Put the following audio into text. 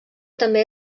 també